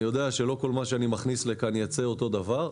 אני יודע שלא כל מה שאני מכניס לכאן יצא אותו הדבר,